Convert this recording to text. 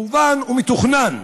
מכוון ומתוכנן.